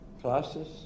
classes